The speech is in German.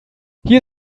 hier